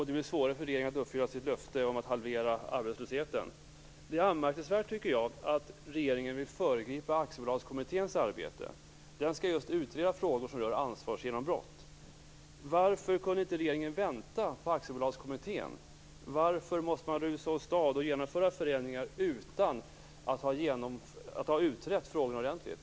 Det blir svårare för regeringen att uppfylla sitt löfte att halvera arbetslösheten. Det är anmärkningsvärt att regeringen vill föregripa Aktiebolagskommitténs arbete. Den skall utreda frågor som rör ansvarsgenombrott. Varför kunde inte regeringen vänta på Aktiebolagskommittén? Varför måste man rusa åstad och genomföra förändringar utan att ha utrett frågan ordentligt?